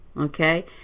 Okay